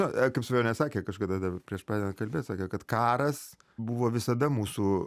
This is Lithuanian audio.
na kaip svajonė sakė kažkada dar prieš pradedant kalbėt sakė kad karas buvo visada mūsų